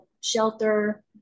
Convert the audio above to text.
shelter